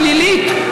פלילית,